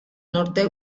norte